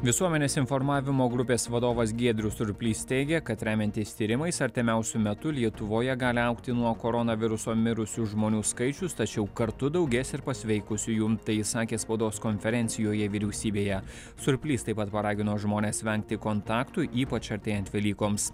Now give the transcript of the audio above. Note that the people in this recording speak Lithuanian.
visuomenės informavimo grupės vadovas giedrius surplys teigia kad remiantis tyrimais artimiausiu metu lietuvoje gali augti nuo koronaviruso mirusių žmonių skaičius tačiau kartu daugės ir pasveikusiųjų tai jis sakė spaudos konferencijoje vyriausybėje surplys taip pat paragino žmones vengti kontaktų ypač artėjant velykoms